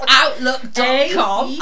outlook.com